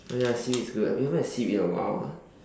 oh ya seaweed's good I haven't eaten seaweed in a while